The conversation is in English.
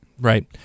right